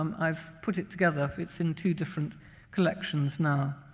um i've put it together it's in two different collections now.